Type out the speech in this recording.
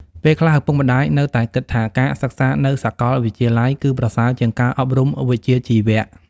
ពេលខ្លះ ឪពុកម្តាយនៅតែគិតថាការសិក្សានៅសាកលវិទ្យាល័យគឺប្រសើរជាងការអប់រំវិជ្ជាជីវៈ។